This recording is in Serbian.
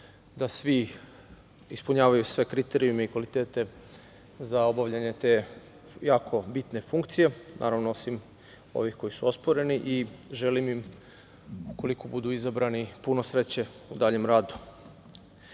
da svi ispunjavaju sve kriterijume i kvalitete za obavljanje te jako bitne funkcije, naravno, osim ovih koji su osporeni i želim im, ukoliko budu izabrani, puno sreće u daljem